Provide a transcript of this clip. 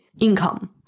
income